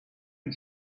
amb